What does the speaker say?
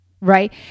Right